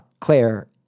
Claire